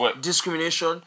discrimination